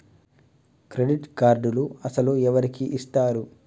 Credit కార్డులు అసలు ఎవరికి ఇస్తారు?